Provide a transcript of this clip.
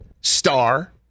star